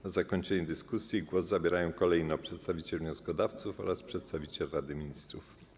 Na zakończenie dyskusji głos zabierają kolejno przedstawiciel wnioskodawców oraz przedstawiciel Rady Ministrów.